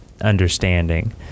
understanding